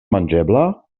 manĝebla